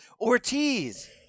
Ortiz